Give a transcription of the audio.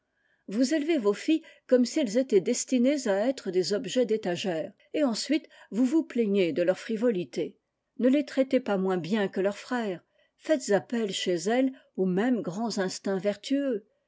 vous élevez vosniiescomme sielles étaient destinées à être des objets d'étagères et ensuite vous vous plaignez de leur frivolité ne les traitez pas moins bien que leurs frères faites appel chez elles aux mêmes grands instincts vertueux